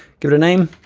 give it a name,